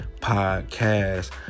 Podcast